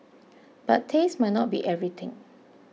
but taste might not be everything